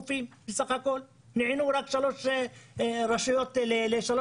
נענו רק שלוש רשויות לשלושה חופים.